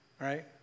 right